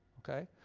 okay?